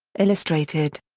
illustrated.